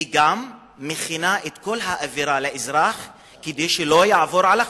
היא גם מכינה את כל האווירה לאזרח כדי שלא יעבור על החוק.